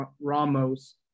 Ramos